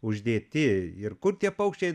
uždėti ir kur tie paukščiai